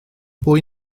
pwy